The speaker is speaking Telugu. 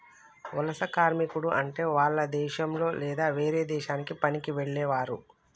వలస కార్మికుడు అంటే వాల్ల దేశంలొ లేదా వేరే దేశానికి పనికి వెళ్లేవారు